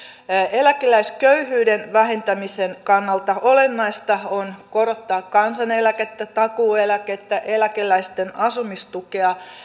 eläkeläisköyhyyden vähentämisen kannalta olennaista on korottaa kansaneläkettä takuueläkettä eläkeläisten asumistukea